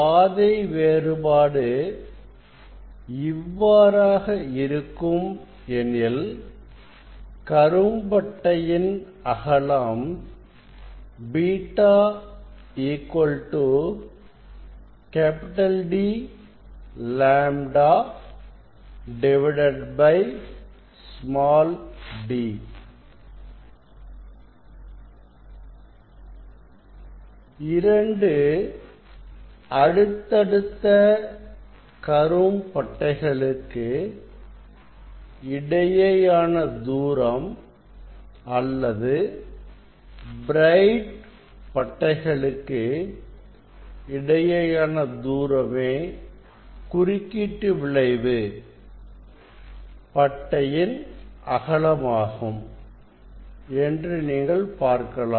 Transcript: பாதை வேறுபாடு இவ்வாறாக இருக்கும் எனில் கரும் பட்டையின் அகலம் β D λ d இரண்டு அடுத்தடுத்த கரும் பட்டைகளுக்கு இடையேயான தூரம் அல்லது பிரைட் பட்டைகளுக்கு இடையேயான தூரமே குறுக்கீட்டு விளைவு பட்டையின் அகலமாகும் என்று நீங்கள் பார்க்கலாம்